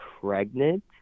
pregnant